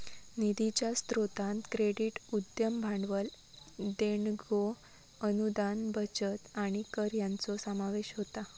निधीच्या स्रोतांत क्रेडिट, उद्यम भांडवल, देणग्यो, अनुदान, बचत आणि कर यांचो समावेश होता